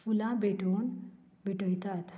फुलां भेटवून भेटयतात